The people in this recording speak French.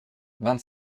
vingt